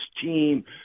team